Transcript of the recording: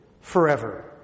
forever